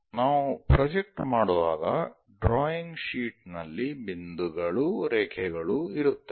ನಾವು ಪ್ರೊಜೆಕ್ಟ್ ಮಾಡುವಾಗ drawing sheet ನಲ್ಲಿ ಬಿಂದುಗಳು ರೇಖೆಗಳು ಇರುತ್ತವೆ